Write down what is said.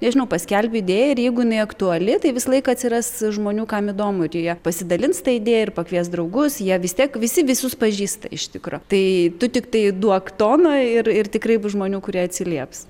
nežinau paskelbi idėją ir jeigu jinai aktuali tai visą laiką atsiras žmonių kam įdomu ir jie pasidalins ta idėja ir pakvies draugus jie vis tiek visi visus pažįsta iš tikro tai tu tiktai duok toną ir ir tikrai bus žmonių kurie atsilieps